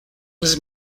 was